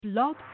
Blog